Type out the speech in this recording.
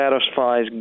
satisfies